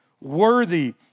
worthy